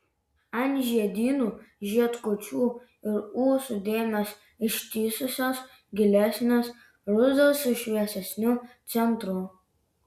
ant žiedynų žiedkočių ir ūsų dėmės ištįsusios gilesnės rudos su šviesesniu centru